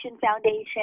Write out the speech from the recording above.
foundation